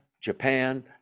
Japan